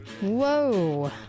whoa